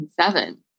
seven